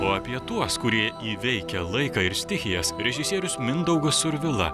o apie tuos kurie įveikia laiką ir stichijas režisierius mindaugas survila